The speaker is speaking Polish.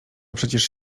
przecież